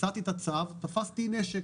ביצעתי את הצו, תפסתי נשק.